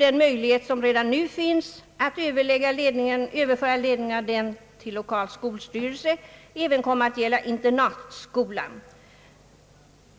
den möjlighet, som redan nu finns, att överföra ledningen av externatskola till lokal skolstyrelse även komma att gälla internatskola.